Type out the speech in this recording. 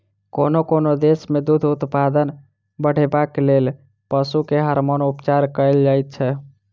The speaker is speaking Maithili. कोनो कोनो देश मे दूध उत्पादन बढ़ेबाक लेल पशु के हार्मोन उपचार कएल जाइत छै